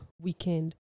weekend